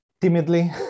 timidly